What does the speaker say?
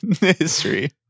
history